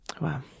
Wow